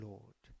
Lord